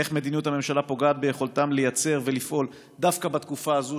איך מדיניות הממשלה פוגעת ביכולתם לייצר ולפעול דווקא בתקופה הזו,